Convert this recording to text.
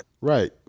Right